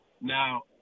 Now